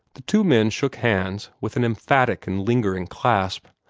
the two men shook hands, with an emphatic and lingering clasp.